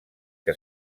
que